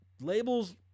labels